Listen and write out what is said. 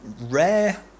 rare